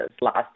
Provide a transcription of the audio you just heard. last